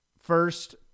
first